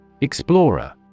Explorer